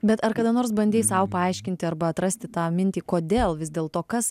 bet ar kada nors bandei sau paaiškinti arba atrasti tą mintį kodėl vis dėl to kas